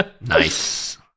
Nice